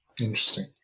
Interesting